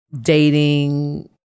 dating